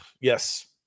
Yes